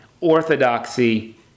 Orthodoxy